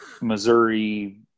Missouri